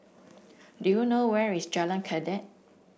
do you know where is Jalan Kledek